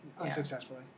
unsuccessfully